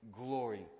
glory